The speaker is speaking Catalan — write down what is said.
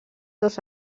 dos